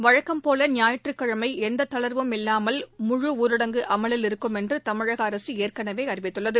வழக்கம்போல ஞாயிற்றுக்கிழமை எந்த தளர்வும் இல்லாமல் முழு ஊரடங்கு அமலில் இருக்கும் என்று தமிழக அரசு ஏற்கனவே அறிவித்துள்ளது